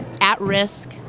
at-risk